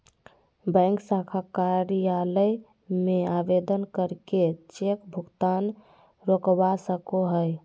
bank शाखा कार्यालय में आवेदन करके चेक भुगतान रोकवा सको हय